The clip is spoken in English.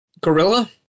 Gorilla